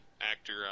actor